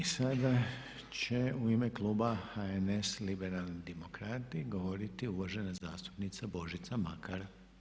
I sada će u ime kluba HNS, Liberalni demokrati govoriti uvažena zastupnica Božica Makar.